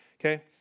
Okay